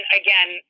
again